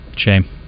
shame